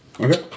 Okay